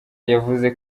yavuze